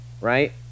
right